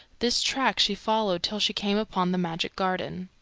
this track she followed till she came upon the magic garden.